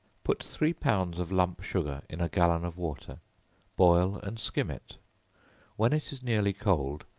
put three pounds of lump sugar in a gallon of water boil and skim it when it is nearly cold,